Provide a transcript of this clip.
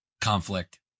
conflict